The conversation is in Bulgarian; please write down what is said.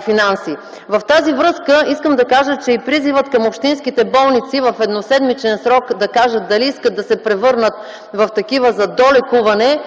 финанси. Във връзка с това искам да кажа, че и призивът към общинските болници в едноседмичен срок да кажат дали искат да се превърнат в такива за долекуване,